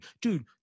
dude